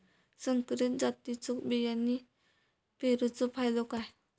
संकरित जातींच्यो बियाणी पेरूचो फायदो काय?